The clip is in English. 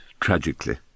tragically